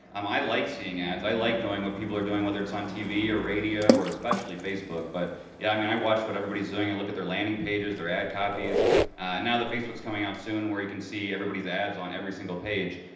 um i like seeing ads. i like doing what people are doing, whether it's on tv or radio or especially facebook, but yeah, i mean, i watch what everybody's doing. i look at landing pages, their ad copies and now that facebook's coming out soon, where you can see everybody's ads on every single page,